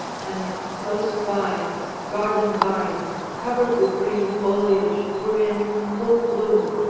and close by garden vines covered with green foliage were in full bloom,